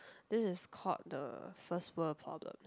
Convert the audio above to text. this is called the first world problem